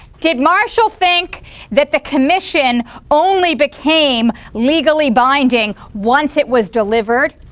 did marshall think that the commission only became legally binding once it was delivered?